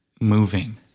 moving